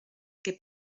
che